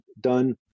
done